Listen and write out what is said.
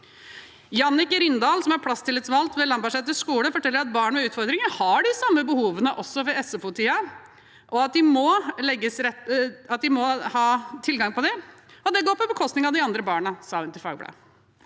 Jannicke Rindal, som er plasstillitsvalgt ved Lambertseter skole, forteller at barn med utfordringer har de samme behovene også i SFO-tiden, og at de må ha tilgang på dem. Det går på bekostning av de andre barna, sa hun til Fagbladet.